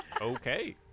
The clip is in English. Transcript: Okay